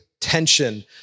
tension